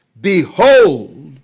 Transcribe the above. Behold